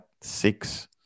six